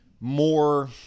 more